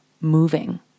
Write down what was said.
moving